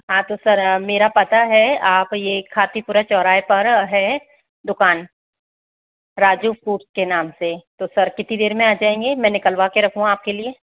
हाँ तो सर मेरा पता है आप यह खातीपूरा चौराहे पर है दुकान राजू फ़्रूट्स के नाम से तो सर कितनी देर मे आ जाएंगे मैं निकलवा कर रखूँ आपके लिए